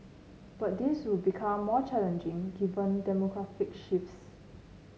but this will become more challenging given demographic shifts